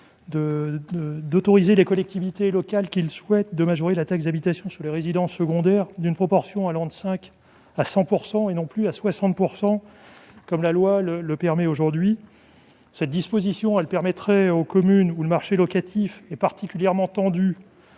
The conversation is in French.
à autoriser les aux collectivités locales qui le souhaitent à majorer la taxe d'habitation sur les résidences secondaires, dans une proportion allant de 5 % à 100 %, et non plus à 60 % comme la loi l'autorise actuellement. Cette disposition permettrait aux communes où le marché locatif est particulièrement tendu,